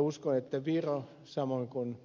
uskon että viro samoin kuin